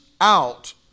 out